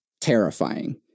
terrifying